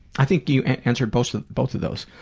i think you answered both both of those.